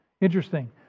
Interesting